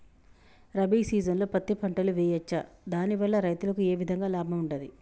రబీ సీజన్లో పత్తి పంటలు వేయచ్చా దాని వల్ల రైతులకు ఏ విధంగా లాభం ఉంటది?